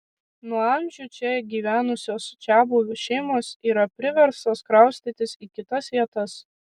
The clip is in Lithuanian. nuo amžių čia gyvenusios čiabuvių šeimos yra priverstos kraustytis į kitas vietas